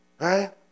Right